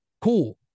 cool